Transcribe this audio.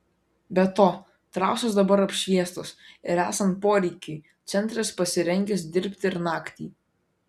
be to trasos dabar apšviestos ir esant poreikiui centras pasirengęs dirbti ir naktį